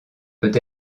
peut